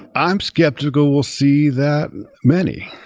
i'm skeptical we'll see that many,